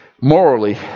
morally